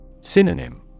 Synonym